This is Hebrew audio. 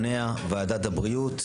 למשרד הבריאות